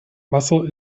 wasser